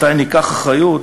מתי ניקח אחריות,